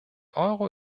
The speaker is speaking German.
euro